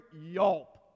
yelp